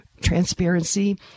transparency